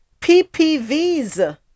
PPVs